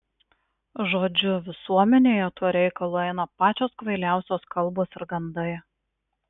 žodžiu visuomenėje tuo reikalu eina pačios kvailiausios kalbos ir gandai